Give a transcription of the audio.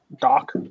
Doc